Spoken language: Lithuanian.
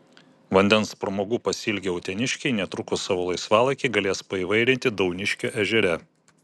vandens pramogų pasiilgę uteniškiai netrukus savo laisvalaikį galės paįvairinti dauniškio ežere